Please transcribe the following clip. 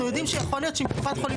אנחנו יודעים שיכול להיות שעם קופת חולים